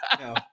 no